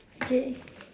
ya